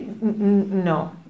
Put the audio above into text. no